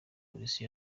polisi